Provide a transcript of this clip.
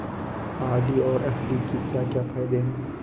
RD और FD के क्या क्या फायदे हैं?